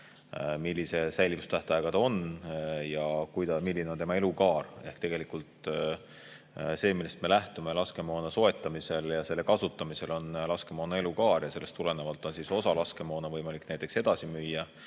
millise säilivustähtajaga ta on ja milline on tema elukaar. Tegelikult see, millest me lähtume laskemoona soetamisel ja selle kasutamisel, on laskemoona elukaar. Ja sellest tulenevalt on osa laskemoona võimalik näiteks edasi müüa,